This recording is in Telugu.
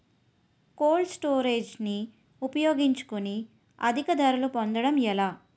కోల్డ్ స్టోరేజ్ ని ఉపయోగించుకొని అధిక ధరలు పొందడం ఎలా?